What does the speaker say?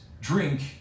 drink